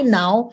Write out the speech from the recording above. now